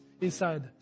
inside